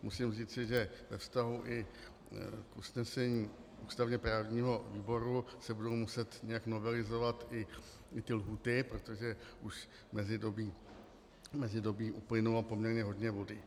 Musím říci, že ve vztahu i k usnesení ústavněprávního výboru se budou muset nějak novelizovat i ty lhůty, protože už v mezidobí uplynulo poměrně hodně vody.